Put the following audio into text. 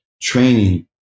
training